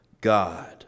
God